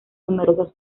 numerosas